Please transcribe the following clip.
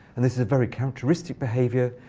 and this is a very characteristic behavior.